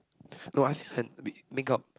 no I feel like make makeup